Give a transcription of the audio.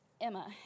Emma